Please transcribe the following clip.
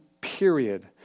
period